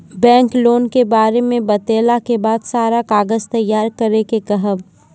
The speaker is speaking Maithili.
बैंक लोन के बारे मे बतेला के बाद सारा कागज तैयार करे के कहब?